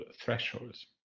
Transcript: thresholds